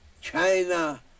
China